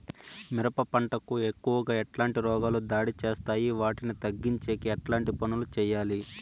మిరప పంట కు ఎక్కువగా ఎట్లాంటి రోగాలు దాడి చేస్తాయి వాటిని తగ్గించేకి ఎట్లాంటి పనులు చెయ్యాలి?